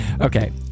Okay